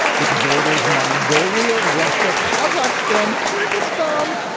which borders mongolia, russia, kazakhstan, kyrgyzstan,